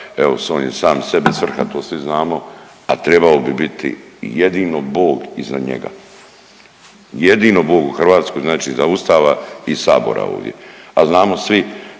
evo, on je sam sebi svrha, to svi znamo, a trebao bi biti jedino Bog iznad njega. Jedino Bog u Hrvatskoj znači iza Ustava i Sabora ovdje, a znamo svi